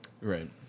Right